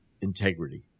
integrity